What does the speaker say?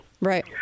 right